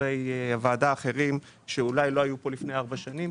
חברי ועדה אחרים שאולי לא היו פה לפני ארבע שנים